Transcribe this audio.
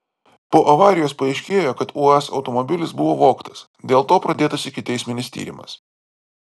po avarijos paaiškėjo kad uaz automobilis buvo vogtas dėl to pradėtas ikiteisminis tyrimas